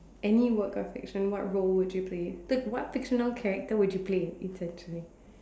any work of fiction what role would you play the what fictional character would you play essentially